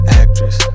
actress